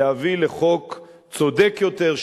להביא לחוק צודק יותר,